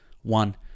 One